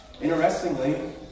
Interestingly